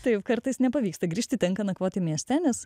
taip kartais nepavyksta grįžti tenka nakvoti mieste nes